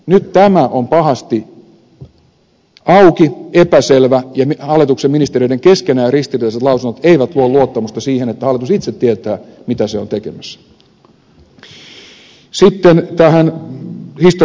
nyt tämä on pahasti auki epäselvää ja hallituksen ministereiden keskenään ristiriitaiset lausunnot eivät luo luottamusta siihen että hallitus itse tietää mitä se on tekemässä